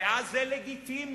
ואז זה לגיטימי,